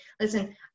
Listen